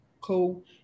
cool